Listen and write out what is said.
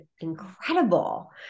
incredible